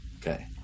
Okay